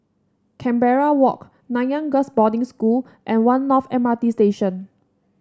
Canberra Walk Nanyang Girls' Boarding School and One North M R T Station